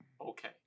okay